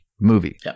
movie